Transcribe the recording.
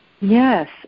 Yes